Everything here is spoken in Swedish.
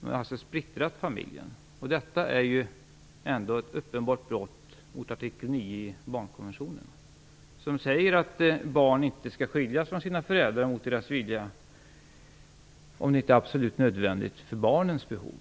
Men har alltså splittrat familjen, och detta är ett uppenbart brott mot artikel 9 i barnkonventionen. Där sägs att barn inte skall skiljas från sina föräldrar mot sin vilja, såvida det inte är absolut nödvändigt för barnens behov.